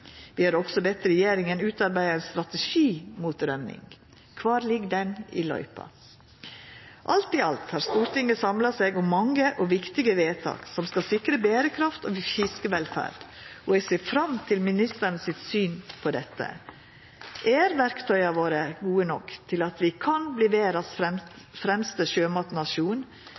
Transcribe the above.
Vi har òg bedt regjeringa utarbeida ein strategi mot rømming. Kvar ligg han i løypa? Alt i alt har Stortinget samla seg om mange og viktige vedtak som skal sikra berekraft og fiskevelferd, og eg ser fram til å høyra ministeren sitt syn på dette. Er verktøya våre gode nok til at vi kan verta verdas fremste sjømatnasjon